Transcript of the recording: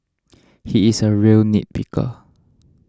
he is a real nitpicker